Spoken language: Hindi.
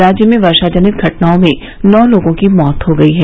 राज्य में वर्षा जनित घटनाओं में नौ लोगों की मौत हो गई है